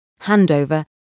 handover